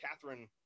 Catherine